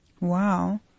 Wow